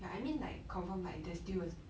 ya I mean like confirm like there's still a